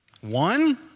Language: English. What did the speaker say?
One